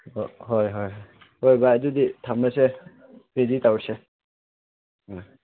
ꯍꯣꯏ ꯍꯣꯏ ꯍꯣꯏ ꯕꯥꯏ ꯑꯗꯨꯗꯤ ꯊꯝꯂꯁꯦ ꯔꯦꯗꯤ ꯇꯧꯔꯁꯦ ꯎꯝ